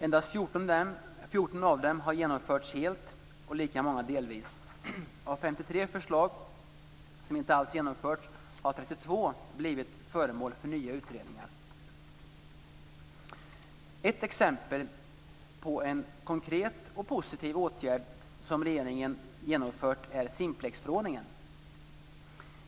Endast 14 av dem har genomförts helt och lika många delvis. Av 53 förslag som inte alls genomförts har 32 blivit föremål för nya utredningar. Ett exempel på en konkret och positiv åtgärd som regeringen genomfört är Simplexförordningen.